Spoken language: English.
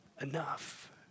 enough